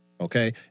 Okay